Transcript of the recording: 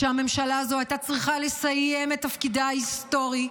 כשהממשלה הזאת הייתה צריכה לסיים את תפקידה ההיסטורי,